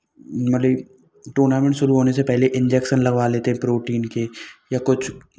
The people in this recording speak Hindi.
मने टूर्नामेंट शुरू होने से पहले इंजेक्शन लगवा लेते हैं प्रोटीन के या कुछ